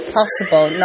possible